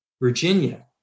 Virginia